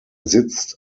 sitzt